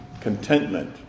Contentment